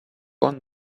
won